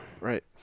Right